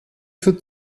für